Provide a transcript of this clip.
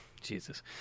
Jesus